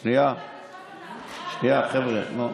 שנייה, חבר'ה.